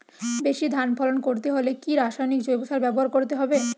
বেশি ধান ফলন করতে হলে কি রাসায়নিক জৈব সার ব্যবহার করতে হবে?